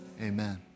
Amen